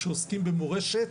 כשעוסקים במורשת,